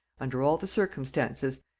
under all the circumstances,